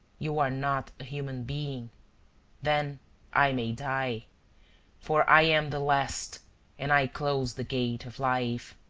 you are not a human being then i may die for i am the last and i close the gate of life.